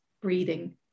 breathing